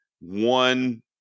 one